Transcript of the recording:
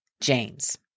James